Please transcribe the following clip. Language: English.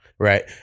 Right